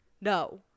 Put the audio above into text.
No